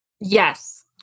Yes